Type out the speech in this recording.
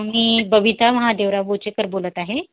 मी बबिता महादेवराव बोचेकर बोलत आहे